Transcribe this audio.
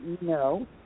No